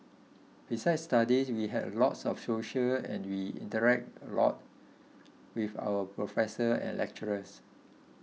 besides studies we had a lot of socials and we interacted a lot with our professors and lecturers